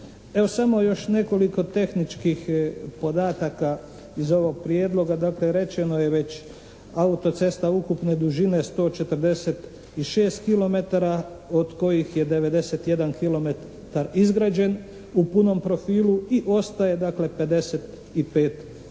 Evo samo još nekoliko tehničkih podataka iz ovog prijedloga. Dakle, rečeno je već auto-cesta ukupne dužine 146 kilometara od kojih je 91 kilometar izgrađen u punom profilu i ostaje dakle 55